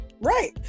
Right